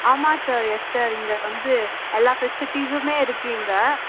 ஆமாம் sir yes sir இங்கே வந்து எல்லா ஃபெசிலிட்டீசுமே இருக்குது இங்கே